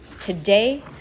Today